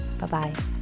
Bye-bye